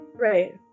Right